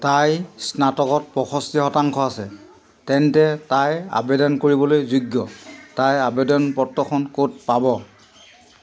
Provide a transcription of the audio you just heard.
তাইৰ স্নাতকত পঁয়ষষ্ঠি শতাংশ আছে তেন্তে তাই আৱেদন কৰিবলৈ যোগ্য তাই আৱেদন পত্ৰখন ক'ত পাব